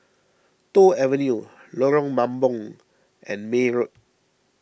Toh Avenue Lorong Mambong and May Road